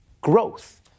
growth